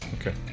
okay